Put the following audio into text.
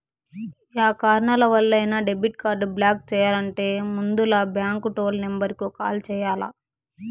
yeah కారణాలవల్లైనా debit card block చెయ్యాలంటే ముందల బాంకు టోల్ నెంబరుకు కాల్ చెయ్యాల్ల